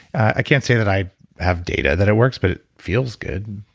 i can't say that i have data that it works, but it feels good.